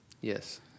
Yes